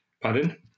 Pardon